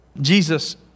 Jesus